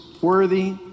worthy